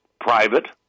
private